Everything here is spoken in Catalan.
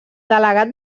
delegat